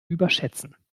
überschätzen